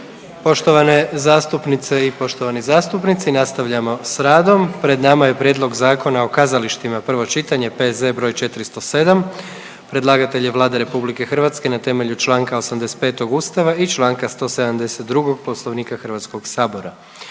Poštovane zastupnice i poštovani zastupnici, nastavljamo s radom. Pred nama je Prijedlog Zakona o Kazalištima, prvo čitanje, P.Z. br. 407. Predlagatelj je Vlada RH na temelju čl. 85. Ustava i čl. 172. Poslovnika HS-a.